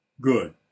good